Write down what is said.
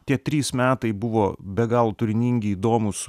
tie trys metai buvo be galo turiningi įdomūs